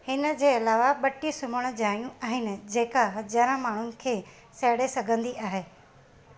हिन जे अलावा ॿटीह सुम्हणु जाइयूं आहिनि जेका हज़ार माण्हुनि खे सहड़े सघंदी आहे